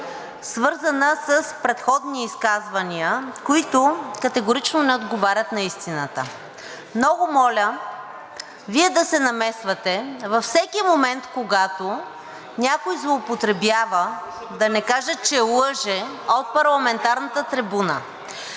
свързана с предходни изказвания, които категорично не отговарят на истината. Много моля Вие да се намесвате във всеки момент, когато някой злоупотребява, да не кажа, че лъже от парламентарната трибуна.